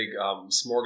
smorgasbord